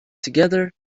together